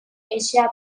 asia